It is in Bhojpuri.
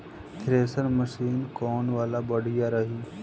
थ्रेशर मशीन कौन वाला बढ़िया रही?